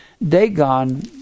Dagon